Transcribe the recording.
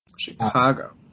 Chicago